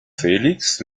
felix